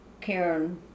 Karen